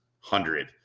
hundred